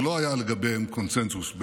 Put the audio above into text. שלא היה לגביהם קונסנזוס,